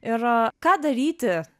ir ką daryti